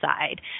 side